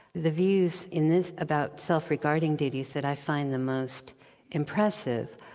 the views in this about self-regarding duties that i find the most impressive,